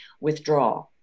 withdraw